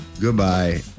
Goodbye